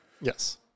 Yes